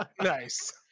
nice